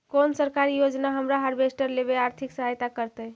कोन सरकारी योजना हमरा हार्वेस्टर लेवे आर्थिक सहायता करतै?